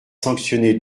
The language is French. sanctionner